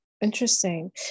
interesting